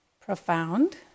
profound